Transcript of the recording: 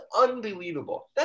unbelievable